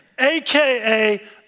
AKA